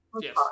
yes